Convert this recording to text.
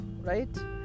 right